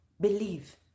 believe